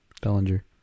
Bellinger